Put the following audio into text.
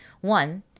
One